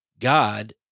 God